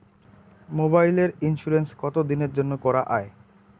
মোবাইলের ইন্সুরেন্স কতো দিনের জন্যে করা য়ায়?